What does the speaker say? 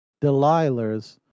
Delilah's